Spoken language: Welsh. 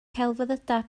celfyddydau